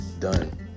done